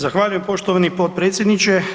Zahvaljujem poštovani potpredsjedniče.